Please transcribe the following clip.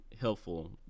helpful